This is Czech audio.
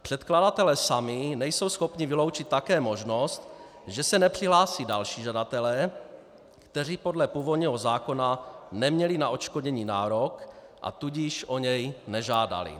Předkladatelé sami nejsou schopni vyloučit také možnost, že se nepřihlásí další žadatelé, kteří podle původního zákona neměli na odškodnění nárok, a tudíž o něj nežádali.